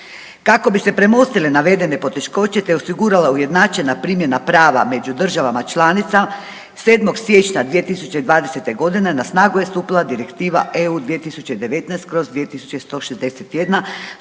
Kako bi se premostile navedene poteškoće, te osigurala ujednačena primjena prava među državama članicama 7. Siječnja 2020.g. na snagu je stupila Direktiva EU 2019/2161